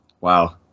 Wow